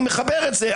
אני מחבר את זה.